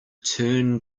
turn